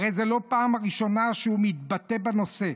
הרי זו לא הפעם הראשונה שהוא מתבטא בנושא.